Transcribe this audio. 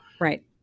Right